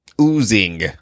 oozing